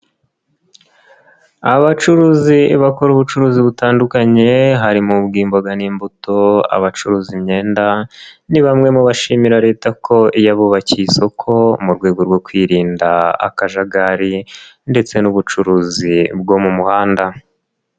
Abacuruzi bakora ubucuruzi butandukanye, harimo ubw'imboga n'imbuto, abacuruza imyenda ni bamwe mu bashimira leta ko yabubakiye isoko mu rwego rwo kwirinda akajagari ndetse n'ubucuruzi bwo mu muhanda.